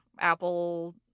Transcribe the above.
Apple